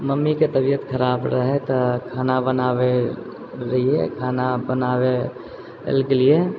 मम्मीके तबियत खराब रहै तऽ खाना बनाबै रहियै खाना बनाबै लए गेलिये